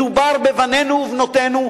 מדובר בבנינו ובנותינו,